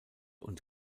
und